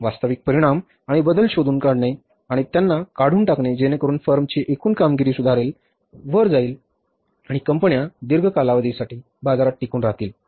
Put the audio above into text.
वास्तविक परिणाम आणि बदल शोधून काढणे आणि त्यांना काढून टाकणे जेणेकरून फर्मची एकूण कामगिरी सुधारेल वर जाईल आणि कंपन्या दीर्घ कालावधीसाठी बाजारात टिकून राहतील बरोबर